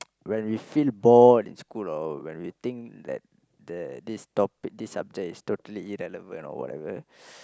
when we felt bored in school or when we think that the this topic this subject is totally irrelevant or whatever